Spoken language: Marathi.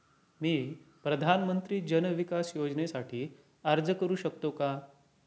मी प्रधानमंत्री जन विकास योजनेसाठी अर्ज करू शकतो का?